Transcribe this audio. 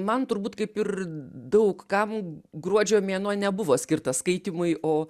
man turbūt kaip ir daug kam gruodžio mėnuo nebuvo skirtas skaitymui o